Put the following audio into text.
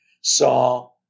saw